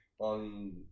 On